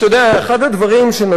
אחד הדברים שנדונו,